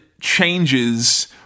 changes